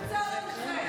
שיהיה אח שלך, טלי.